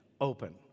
open